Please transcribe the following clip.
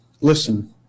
listen